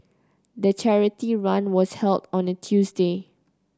the charity run was held on a Tuesday